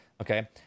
okay